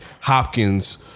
Hopkins